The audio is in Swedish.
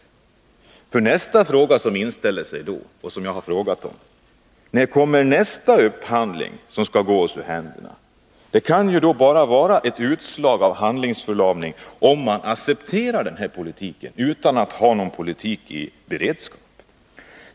Nästa fråga som inställer sig och som jag tagit upp är: När kommer nästa upphandling som skall gå oss ur händerna? Det kan bara vara ett utslag av handlingsförlamning om man accepterar den här politiken utan att ha någon beredskap.